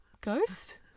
Ghost